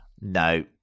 No